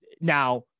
Now